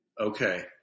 Okay